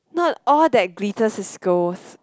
not all that glitters is golds